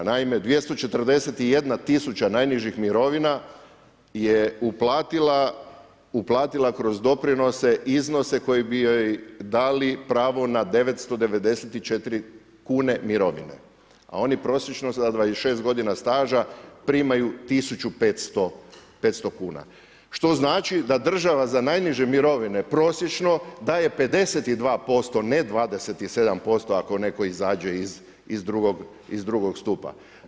Naime, 241 tisuća najnižih mirovina je uplatila, uplatila kroz doprinose iznose koji bi joj dali pravo na 994. kune mirovine a oni prosječno za 26 godina staža primaju 1500 kuna što znači da država za najniže mirovine prosječno daje 52% ne 27% ako netko izađe iz drugog stupa.